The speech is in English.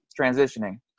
transitioning